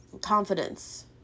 confidence